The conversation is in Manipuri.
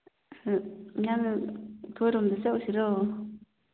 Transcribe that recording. ꯅꯪ ꯑꯩꯈꯣꯏꯔꯣꯝꯗ ꯆꯠꯂꯨꯁꯤꯔꯣ